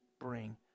bring